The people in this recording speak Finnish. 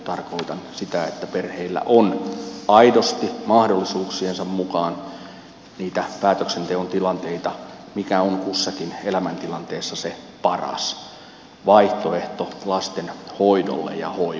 tarkoitan sitä että perheillä on aidosti mahdolli suuksiensa mukaan niitä päätöksenteon tilanteita mikä on kussakin elämäntilanteessa se paras vaihtoehto lasten hoidolle ja hoivalle